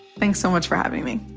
thanks so much for having me